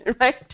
right